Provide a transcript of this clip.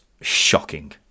shocking